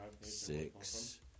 Six